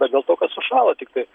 bet dėl to kad sušąla tiktai